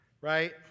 right